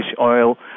oil